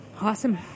Awesome